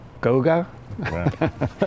Goga